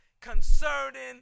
concerning